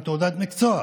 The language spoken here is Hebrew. עם תעודת מקצוע,